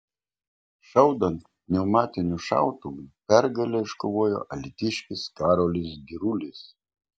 šaudant pneumatiniu šautuvu pergalę iškovojo alytiškis karolis girulis